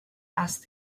asked